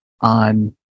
on